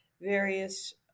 various